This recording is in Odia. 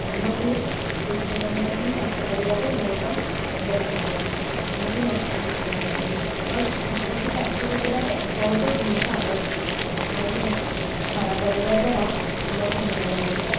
ଆମକୁ କୃଷୀମାନଙ୍କ ପାଇଁ ଚାଷ କରିବାରେ ବହୁତ ଆନନ୍ଦ ଲାଗିଥାଏ କାହିଁକିନା ବଟ୍ କିନ୍ତୁ ଚାଷ କରିବାରେ ବହୁତ ଜିନିଷ ଆବଶ୍ୟକ କାହିଁକିନା ହଳ କରିବା ଦ୍ୱାରା ଆମର ଧାନ ବୁଣାଯାଏ